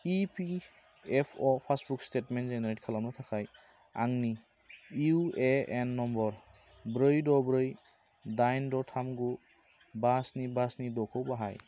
E P F O passbook statement generate खालामनो थाखाय आंनि इउ ए एन नम्बर ब्रै द' ब्रै दाइन द' थाम गु बा स्नि बा स्नि द'खौ बाहाय